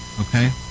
Okay